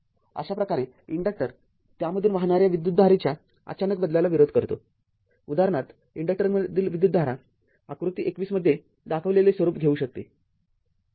अशा प्रकारे इन्डक्टर त्यामधून वाहणाऱ्या विद्युतधारेच्या अचानक बदलला विरोध करतो उदाहरणार्थइन्डक्टरमधील विद्युतधारा आकृती २१ मध्ये दाखविलेले स्वरूप घेऊ शकते